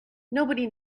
nobody